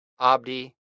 Abdi